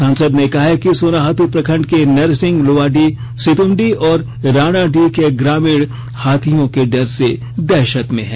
सांसद ने कहा है कि सोनाहात् प्रखंड के नरसिंह लोवाडीह सितुमडीह और राणाडीह के ग्रामीण हाथियों के डर से दहषत मे हैं